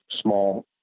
small